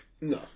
no